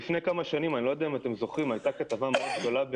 לפני כמה שנים הייתה כתבה מאוד גדולה,